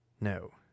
No